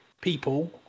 people